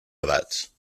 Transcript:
edats